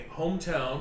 hometown